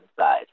inside